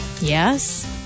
Yes